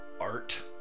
Art